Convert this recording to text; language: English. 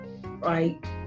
Right